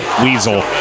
Weasel